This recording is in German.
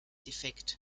defekt